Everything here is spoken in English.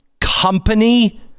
company